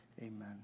Amen